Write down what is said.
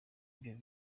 byo